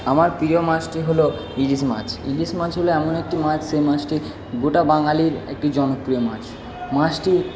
আমার প্রিয় মাছটি হল ইলিশ মাছ ইলিশ মাছ হল এমন একটি মাছ সেই মাছটি গোটা বাঙালির একটি জনপ্রিয় মাছ মাছটি